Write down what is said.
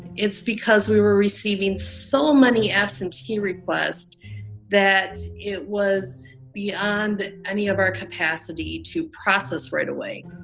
it's because we were receiving so many absentee requests that it was beyond any of our capacity to process right away.